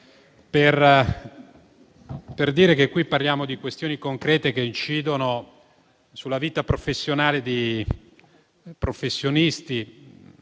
per dire che qui parliamo di questioni concrete che incidono sulla vita di professionisti